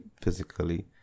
physically